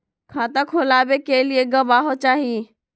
खाता खोलाबे के लिए गवाहों चाही?